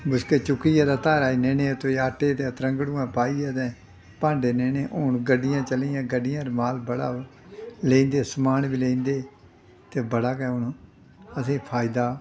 बुछके चुक्कियै ते धारा गी लेने उत्त आटे ते त्रंगड़ुएं पाइयै ते भांडे लेने हून गड्डियां चली दियां गड्डियें पर माल बड़ा लेई जंदे समान बी लेई जंदे ते बड़ा गै असें गी फायदा